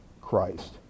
Christ